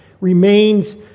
remains